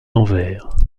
anvers